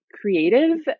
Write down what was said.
creative